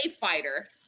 fighter